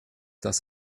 das